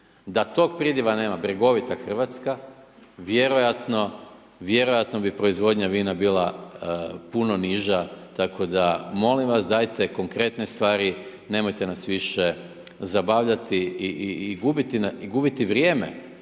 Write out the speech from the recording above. Da tog pridjeva nema bregovita Hrvatska vjerojatno, vjerojatno bi proizvodnja vina bila puno niža. Tako da molim vas dajte konkretne stvari, nemojte nas više zabavljati i gubiti vrijeme